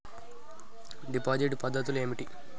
Deposit పద్ధతులు ఏమిటి?